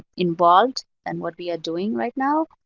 involved than what we are doing right now.